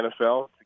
NFL